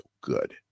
good